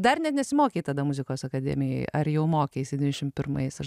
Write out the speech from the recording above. dar net nesimokei tada muzikos akademijoj ar jau mokeisi dvidešim pirmais aš